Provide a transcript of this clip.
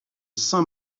saint